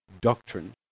doctrine